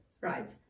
right